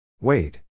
Wade